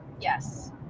Yes